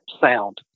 sound